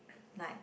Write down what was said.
like